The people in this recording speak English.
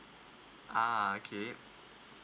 ah okay